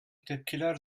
tepkiler